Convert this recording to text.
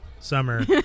Summer